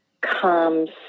comes